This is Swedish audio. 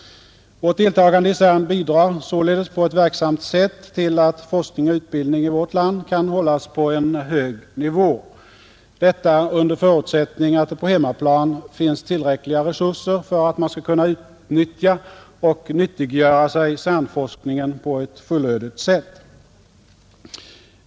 Vårt deltagande i CERN bidrar således på ett verksamt sätt till att forskning och utbildning i vårt land kan hållas på en hög nivå, detta under förutsättning att det på hemmaplan finns tillräckliga resurser för att man skall kunna utnyttja och nyttiggöra sig CERN-forskningen på ett fullödigt sätt.